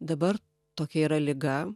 dabar tokia yra liga